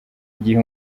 igihe